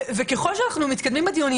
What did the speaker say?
וככל שאנחנו מתקדמים בדיונים,